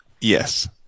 Yes